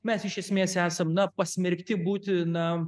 mes iš esmės esam pasmerkti būti na